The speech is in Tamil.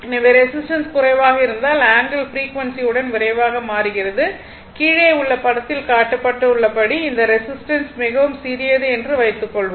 எனவே ரெசிஸ்டன்ஸ் குறைவாக இருந்தால் ஆங்கிள் ஃப்ரீக்வன்சி உடன் விரைவாக மாறுகிறது கீழே உள்ள படத்தில் காட்டப்பட்டுள்ளபடி இந்த ரெசிஸ்டன்ஸ் மிகவும் சிறியது என்று வைத்துக்கொள்வோம்